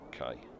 Okay